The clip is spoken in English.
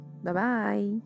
Bye-bye